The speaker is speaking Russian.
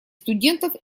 студентов